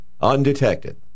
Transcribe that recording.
undetected